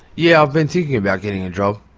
yeah i've been thinking about getting a job,